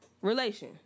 relation